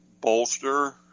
bolster